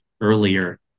earlier